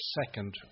second